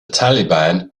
taliban